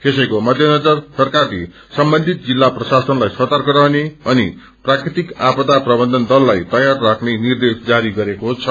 यसैको मध्यनजर सरकारले सम्बन्धित जिस्ला प्रशासनलाई सतर्क रहने अनि प्राकृतिक आपदा प्रबन्धन दललाई तयार राख्ने निर्देश जारी गरेको छ